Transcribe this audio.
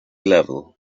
level